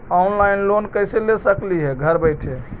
Online loan कैसे ले सकली हे घर बैठे?